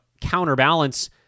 counterbalance